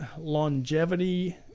longevity